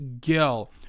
Gill